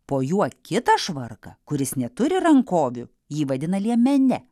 po juo kitą švarką kuris neturi rankovių jį vadina liemene